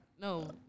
No